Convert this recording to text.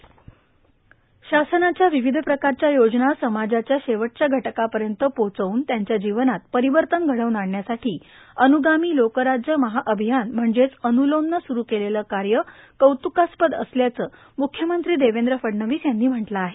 ासनाच्या विविष प्रक्राख्या योजना समाजाच्या ीवटच्या घटकापर्यंत पोहोचवून त्यांच्या जीवनात परिकर्तन घडवून आणण्यासाठी अनुगामी लोकराज्य महाअभियान म्हणजेच अनुलोमनं सुरू केलेलं कार्य कौतुकास्पद असल्याचं मुख्यमंत्री देवेंद्र फडणवीस यांनी म्हटलं आहे